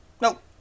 Nope